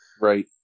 Right